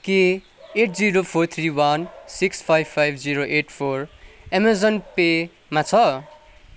के eight zero four three one six five five zero eight four Amazon Pay मा छ